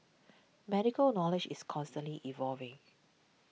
medical knowledge is constantly evolving